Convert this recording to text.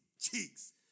cheeks